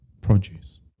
produce